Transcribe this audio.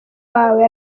wawe